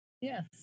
yes